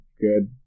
good